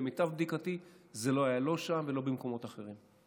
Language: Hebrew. למיטב בדיקתי, זה לא היה לא שם ולא במקומות אחרים.